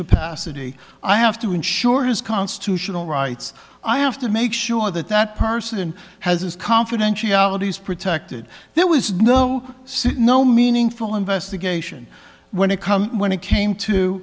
capacity i have to ensure his constitutional rights i have to make sure that that person has his confidentiality is protected there was no signal meaningful investigation when it come when it came to